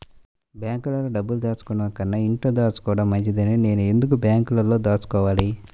బ్యాంక్లో డబ్బులు దాచుకోవటంకన్నా ఇంట్లో దాచుకోవటం మంచిది నేను ఎందుకు బ్యాంక్లో దాచుకోవాలి?